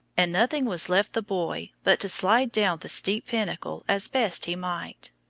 and nothing was left the boy but to slide down the steep pinnacle as best he might.